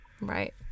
Right